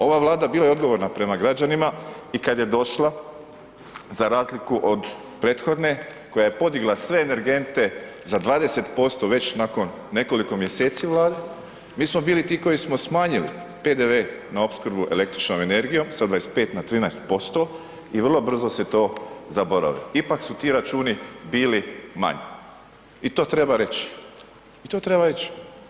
Ova Vlada bila je odgovorna prema građanima i kad je došla za razliku od prethodne koja je podigla sve energente za 20% već nakon nekoliko mjeseci Vlade, mi smo bili ti koji smo smanjili PDV na opskrbu električnom energijom sa 25 na 13% i vrlo brzo se to zaboravi, ipak su ti računi bili manji i to treba reći, i to treba reći.